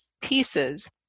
pieces